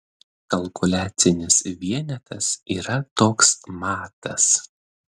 kalkuliacinis vienetas yra toks matas